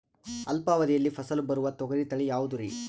ಅಲ್ಪಾವಧಿಯಲ್ಲಿ ಫಸಲು ಬರುವ ತೊಗರಿ ತಳಿ ಯಾವುದುರಿ?